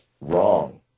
wrong